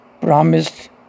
promised